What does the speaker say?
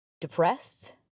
depressed